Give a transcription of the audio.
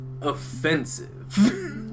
offensive